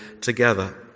together